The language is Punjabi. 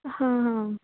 ਹਾਂ ਹਾਂ